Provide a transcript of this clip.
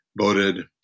voted